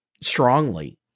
Strongly